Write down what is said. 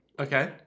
Okay